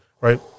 Right